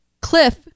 Cliff